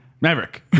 Maverick